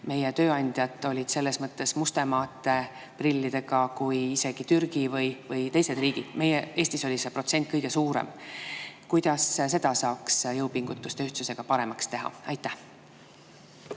Meie tööandjad olid selles mõttes isegi mustemate prillidega kui Türgi või teised riigid. Eestis oli see protsent kõige suurem. Kuidas saaks seda jõupingutuse ühtsusega paremaks teha? Jaa,